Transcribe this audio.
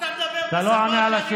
אתה מדבר בשפה שאני לא מבין.